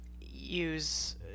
use